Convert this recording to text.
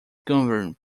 governed